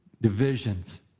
divisions